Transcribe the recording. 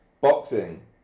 boxing